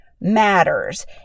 matters